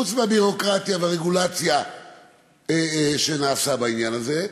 חוץ מהביורוקרטיה והרגולציה שנעשו בעניין הזה,